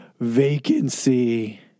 Vacancy